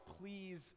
please